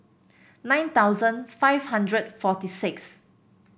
nine thousand five hundred forty six